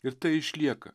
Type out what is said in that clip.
ir tai išlieka